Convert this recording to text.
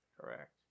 Correct